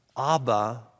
Abba